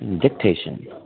dictation